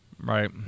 Right